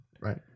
Right